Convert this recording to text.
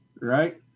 right